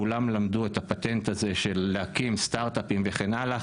כולם למדו את הפטנט הזה של להקים סטארט-אפים וכן הלאה.